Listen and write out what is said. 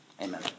Amen